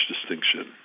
distinction